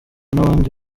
n’abandi